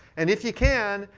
and if you can,